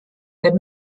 teeb